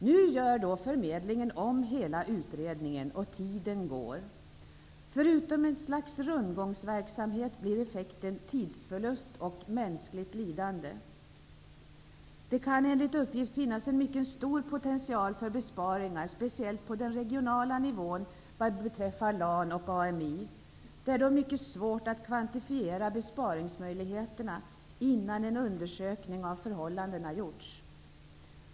Nu gör förmedlingen om hela utredningen, och tiden går. Förutom ett slags rundgångsverksamhet blir effekten tidsförlust och mänskligt lidande. Det kan enligt uppgift finnas en mycket stor potential för besparingar, speciellt på den regionala nivån, vad beträffar LAN och AMI. Det är dock mycket svårt att kvantifiera besparingsmöjligheterna innan en undersökning av förhållandena gjorts.